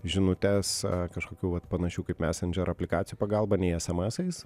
žinutes kažkokių vat panašių kaip messenger aplikacijų pagalba nei esamesais